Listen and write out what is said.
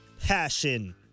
Passion